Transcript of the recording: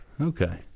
Okay